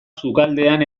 sukaldean